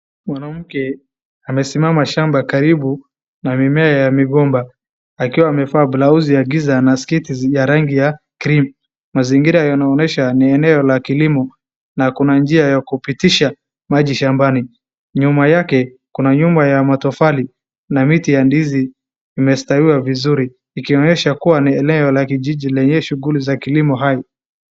Mwanamke, amesimama shamba karibu, na mimea ya migomba, akiwa amevaa blausi ya giza na sketi ya rangi ya cream . Mazingira yanaonyesha ni eneo la kilimo na kuna njia ya kupitisha maji shambani. Nyuma yake kuna nyumba ya matofali na miti ya ndizi imestaiwa vizuri, ikionyesha kuwa ni eneo la kijiji lenye shughuli za kilimo hai.